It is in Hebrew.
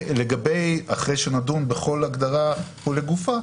אחרי שנדון בכל הגדרה פה לגופה,